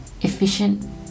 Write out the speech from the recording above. efficient